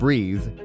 Breathe